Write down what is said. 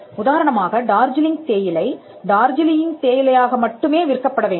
உதாரணமாக டார்ஜிலிங் தேயிலை டார்ஜிலிங் தேயிலையாக மட்டுமே விற்கப்பட வேண்டும்